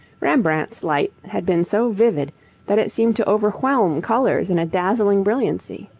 rembrandt's light had been so vivid that it seemed to overwhelm colours in a dazzling brilliancy.